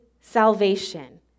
salvation